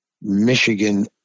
Michigan